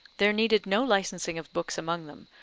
there needed no licensing of books among them,